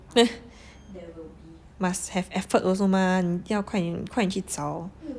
must have effort also mah 你要快点快点去找